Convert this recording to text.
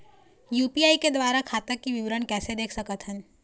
UPI के द्वारा खाता के विवरण कैसे देख सकत हन?